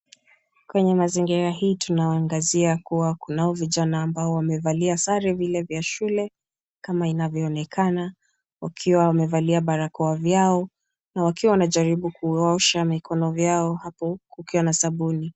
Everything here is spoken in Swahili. Kwenye mazingira hii tunaangazia kuwa kunao vijana ambao wamevalia sare vile vya shule, kama inavyoonekana, wakiwa wamevalia barakoa yao na wakiwa wanajaribu kuosha mikono vyao, hapo kukiwa na sabuni.